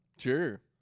Sure